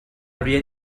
rian